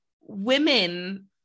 women